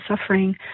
suffering